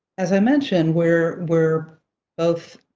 as i mention, we're we're both